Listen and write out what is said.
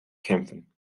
kämpfen